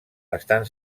estan